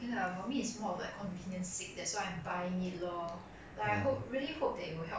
cause it's also an investment I want to use like other things with do other things with the ipad also